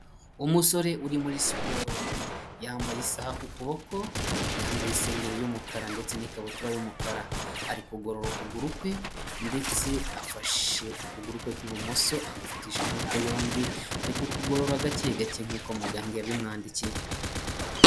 Umusore uri muri siporo yambaye isaha k’ukuboko, yambaye isengeri y'umukara, ndetse n'ikabutura y'umukara. Ari kugorora ukuguru kwe, ndetse afashe ukuguru kwe kw'ibumoso agufatisha amaboko yombi, ariko kugorora gake gake nk’uko muganga yabimwandikiye.